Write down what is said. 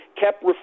kept